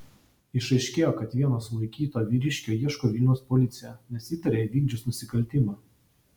išaiškėjo kad vieno sulaikyto vyriškio ieško vilniaus policija nes įtaria įvykdžius nusikaltimą